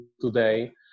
today